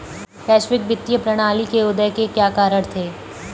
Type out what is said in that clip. वैश्विक वित्तीय प्रणाली के उदय के क्या कारण थे?